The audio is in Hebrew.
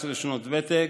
14 שנות ותק,